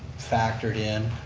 factored in.